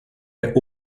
der